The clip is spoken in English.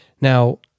Now